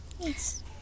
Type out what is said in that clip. Yes